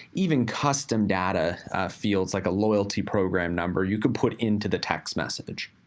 even custom data fields, like a loyalty program number you can put into the text message.